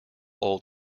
old